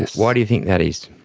why do you think that is?